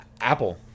apple